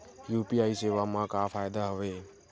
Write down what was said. UPI सेवा मा का फ़ायदा हवे?